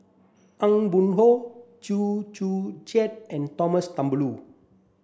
Aw Boon Haw Chew Joo Chiat and Thumboo